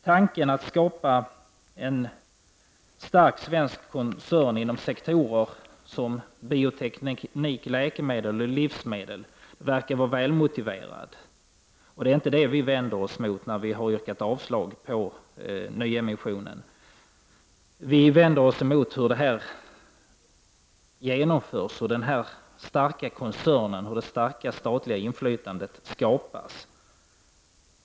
Tanken att skapa en stark svensk koncern inom sektorerna bioteknik, läkemedel och livsmedel förefaller välmotiverad. Det är inte den vi vänder oss mot när vi yrkar avslag på förslaget om nyemission. Vad vi vänder oss emot är hur denna emission är tänkt att genomföras samt hur denna koncern och det stora statliga inflytandet skapas.